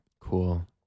Cool